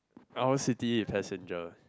owl city and passenger